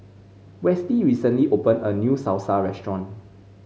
Westley recently opened a new Salsa restaurant